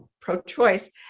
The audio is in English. pro-choice